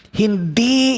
hindi